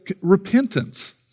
repentance